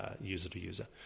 user-to-user